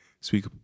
Speak